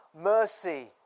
Mercy